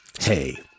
Hey